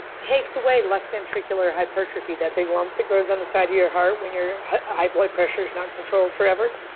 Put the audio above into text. takes away left ventricular hypertrophy. that big lump that grows on the side of your heart when your high blood pressure's not controlled forever?